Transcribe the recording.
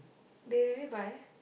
they really buy